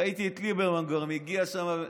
ראיתי את ליברמן כבר מגיע שם.